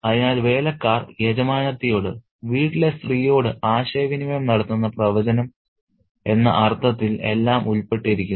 അതിനാൽ വേലക്കാർ യജമാനത്തിയോട് വീട്ടിലെ സ്ത്രീയോട് ആശയവിനിമയം നടത്തുന്ന പ്രവചനം എന്ന അർത്ഥത്തിൽ എല്ലാം ഉൾപ്പെട്ടിരിക്കുന്നു